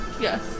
Yes